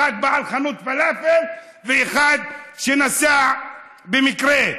אחד בעל חנות פלאפל ואחד שנסע במקרה,